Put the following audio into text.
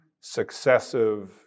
successive